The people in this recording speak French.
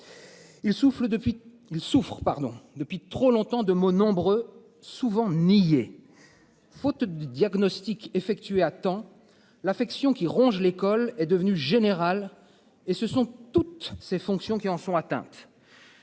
pardon depuis trop longtemps de Meaux nombreux souvent niée. Faute de diagnostic effectué attends. L'affection qui ronge l'école est devenue générale et ce sont toutes ces fonctions qui en sont atteints.